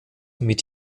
mit